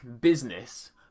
business